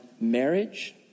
marriage